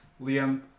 Liam